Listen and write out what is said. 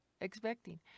expecting